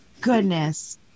goodness